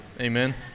Amen